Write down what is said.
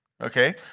okay